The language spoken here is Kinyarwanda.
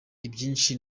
ibyinshi